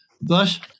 Thus